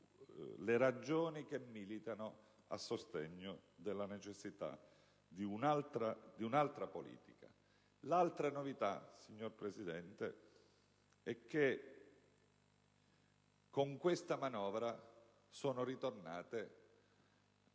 le ragioni che militano a sostegno della necessità di un'altra politica. L'altra novità, signor Presidente, è che con questa manovra sono ritornate